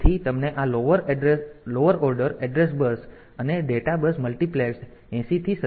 તેથી તમને આ લોઅર ઓર્ડર એડ્રેસ બસ અને ડેટા બસ મલ્ટિપ્લેક્સ્ડ 80 થી 87 મળી છે